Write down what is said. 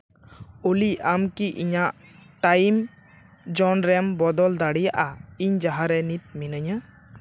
ᱚᱞᱤ ᱟᱢ ᱠᱤ ᱤᱧᱟᱜ ᱴᱟᱭᱤᱢ ᱡᱳᱱᱨᱮᱢ ᱵᱚᱫᱚᱞ ᱫᱟᱲᱮᱭᱟᱜᱼᱟ ᱤᱧ ᱡᱟᱦᱟᱸᱨᱮ ᱱᱤᱛ ᱢᱤᱱᱟᱹᱧᱟ